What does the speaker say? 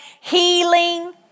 healing